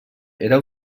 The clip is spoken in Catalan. era